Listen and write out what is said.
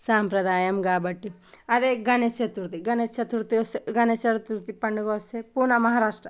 సాంప్రదాయం కాబట్టి అదే గణేష్ చతుర్థి గణేష్ చతుర్థి వస్తే గణేష్ చతుర్థి పండుగ వస్తే పూణ మహారాష్ట్ర